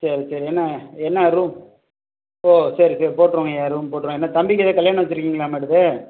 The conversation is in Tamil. சரி சரி என்ன என்ன ரூம் ஓ சரி சரி போட்டுருவோங்கய்யா ரூம் போட்டுருவோம் என்ன தம்பிக்கு ஏதாவது கல்யாணம் வச்சிருக்கீங்களா